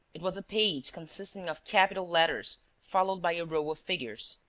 it was a page consisting of capital letters followed by a row of figures.